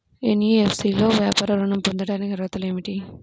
NBFC లో వ్యాపార ఋణం పొందటానికి అర్హతలు ఏమిటీ?